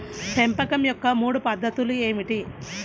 పెంపకం యొక్క మూడు పద్ధతులు ఏమిటీ?